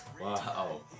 Wow